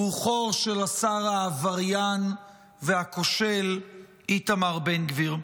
רוחו של העבריין והשר הכושל איתמר בן גביר.